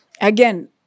Again